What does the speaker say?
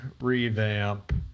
revamp